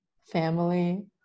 family